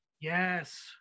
Yes